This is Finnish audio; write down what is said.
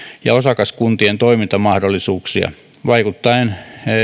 ja osakaskuntien toimintamahdollisuuksia vaikuttaen